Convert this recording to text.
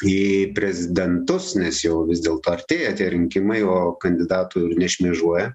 į prezidentus nes jau vis dėlto artėja tie rinkimai o kandidatų nešmėžuoja